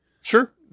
Sure